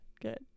good